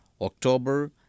October